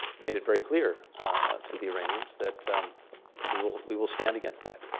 made it very clear to the iranians that we will we will stand against that.